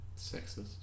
Sexist